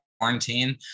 quarantine